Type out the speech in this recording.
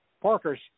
Parker's